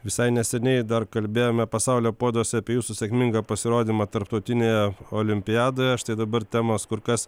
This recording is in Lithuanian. visai neseniai dar kalbėjome pasaulio puoduose apie jūsų sėkmingą pasirodymą tarptautinėje olimpiadoje štai dabar temos kur kas